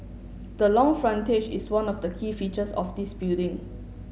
the long frontage is one of the key features of this building